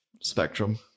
Spectrum